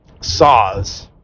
saws